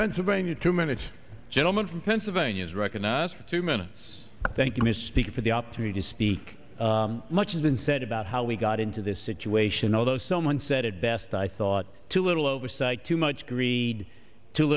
pennsylvania two minutes gentleman from pennsylvania is reckon us for two minutes thank you ms speaker for the opportunity to speak much has been said about how we got into this situation although someone said it best i thought too little oversight too much greed too